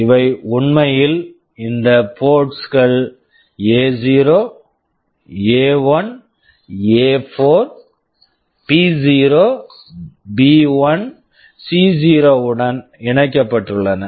இவை உண்மையில் இந்த போர்ட்ஸ் ports கள் எ0 A0 எ1 A1 எ4 A4 பி0 B0 பி1 B1 சி0 C0 உடன் இணைக்கப்பட்டுள்ளன